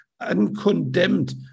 uncondemned